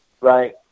right